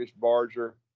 Barger